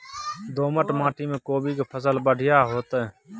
दोमट माटी में कोबी के फसल बढ़ीया होतय?